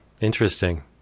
interesting